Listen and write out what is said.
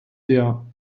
der